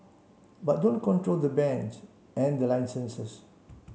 but don't control the bands and the licenses